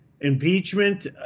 impeachment